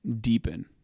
deepen